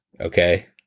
Okay